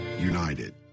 united